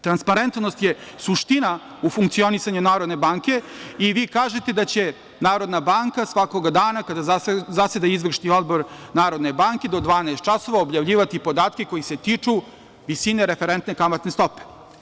Transparentnost je suština u funkcionisanju Narodne banke i vi kažete da će Narodna banka svakog dana kada zaseda izvršni odbor Narodne banke do 12.00 časova objavljivati podatke koji se tiču visine referentne kamatne stope.